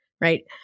right